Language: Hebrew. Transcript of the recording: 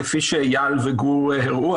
כפי שאייל וגור הראו,